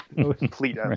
complete